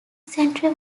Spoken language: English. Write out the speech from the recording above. centre